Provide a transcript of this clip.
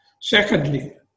Secondly